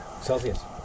Celsius